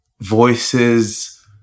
Voices